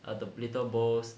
eh the little bowls